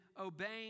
obeying